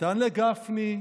נתן לגפני,